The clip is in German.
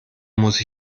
muss